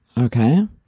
Okay